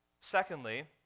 Secondly